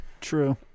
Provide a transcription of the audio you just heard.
true